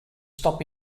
stop